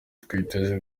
twiteze